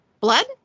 Blood